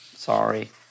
Sorry